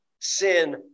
Sin